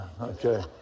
okay